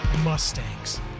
Mustangs